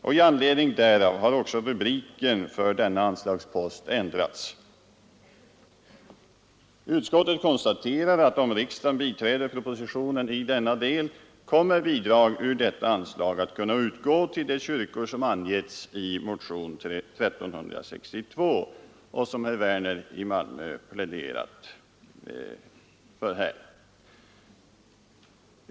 I anledning därav har också rubriken för denna anslagspost ändrats. Utskottet konstaterar att om riksdagen biträder propositionen i denna del, kommer bidrag ur detta anslag att kunna utgå till de kyrkor som angetts i motionen 1362, vilken herr Werner i Malmö har pläderat för.